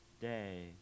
day